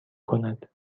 کند